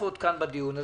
שמשתתפות בדיון הזה,